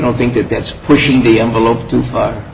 don't think that that's pushing the envelope too far